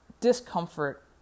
discomfort